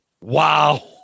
Wow